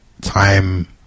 time